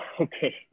Okay